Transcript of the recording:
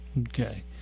Okay